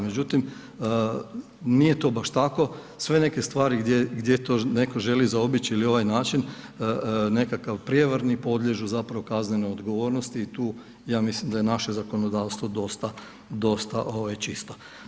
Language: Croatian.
Međutim, nije to baš tako, sve neke stvari gdje to netko želi zaobići ili ovaj način nekakav prijevarni, podliježu zapravo kaznenoj odgovornosti i tu, ja mislim da je naše zakonodavstvo dosta čisto.